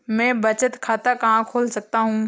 मैं बचत खाता कहाँ खोल सकता हूँ?